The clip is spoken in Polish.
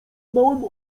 małym